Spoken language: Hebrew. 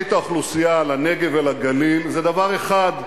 את האוכלוסייה לנגב ולגליל זה דבר אחד,